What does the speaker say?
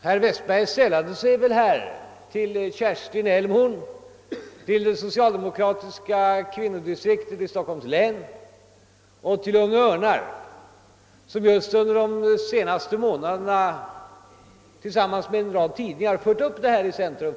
Herr Westberg sällade sig till Kerstin Elmhorn, det socialdemokratiska kvinnodistriktet i Stockholms län och Unga Örnar som just under de senaste månaderna varit med om att föra in debatten härom i centrum.